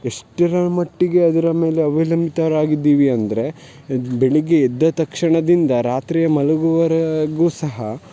ಎಷ್ಟರ ಮಟ್ಟಿಗೆ ಅದರ ಮೇಲೆ ಅವಲಂಬಿತರಾಗಿದ್ದೀವಿ ಅಂದರೆ ಬೆಳಗ್ಗೆ ಎದ್ದ ತಕ್ಷಣದಿಂದ ರಾತ್ರಿ ಮಲಗುವರೆಗೂ ಸಹ